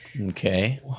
Okay